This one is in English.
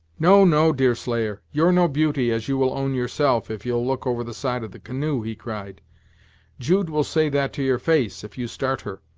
no, no, deerslayer, you're no beauty, as you will own yourself, if you'll look over the side of the canoe, he cried jude will say that to your face, if you start her,